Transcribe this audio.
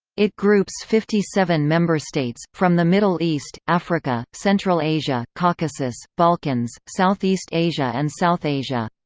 it groups fifty seven member states, from the middle east, africa, central asia, caucasus, balkans, southeast asia and south asia.